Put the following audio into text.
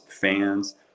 fans